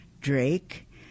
Drake